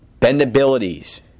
bendabilities